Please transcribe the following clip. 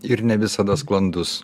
ir ne visada sklandus